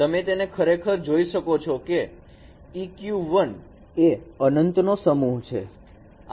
તમે તેને ખરેખર જોઈ શકો છો એ અનંત નો સમૂહ છે